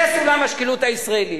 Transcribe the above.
זה סולם השקילות הישראלי.